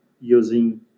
using